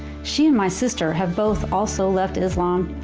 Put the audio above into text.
she and my sister have both also left islam.